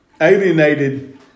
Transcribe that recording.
alienated